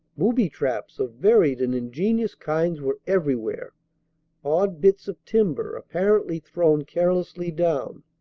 booby-traps of varied and ingenious kinds were everywhere odd bits of timber apparently thrown carelessly down,